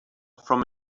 from